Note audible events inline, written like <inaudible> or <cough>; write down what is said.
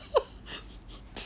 <laughs>